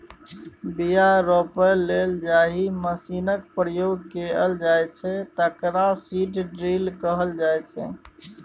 बीया रोपय लेल जाहि मशीनक प्रयोग कएल जाइ छै तकरा सीड ड्रील कहल जाइ छै